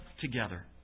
together